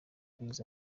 ubwiza